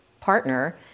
partner